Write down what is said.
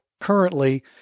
currently